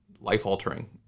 life-altering